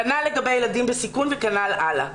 כנ"ל לגבי ילדים בסיכון וכנ"ל הלאה.